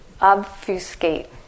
Obfuscate